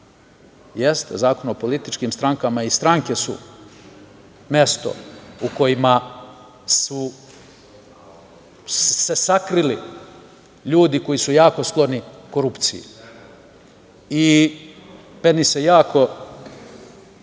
Zakon o političkim strankama. Stranke su mesto u kojima su se sakrili ljudi koji su jako skloni korupciji. Meni se svidelo